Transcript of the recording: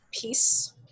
Peace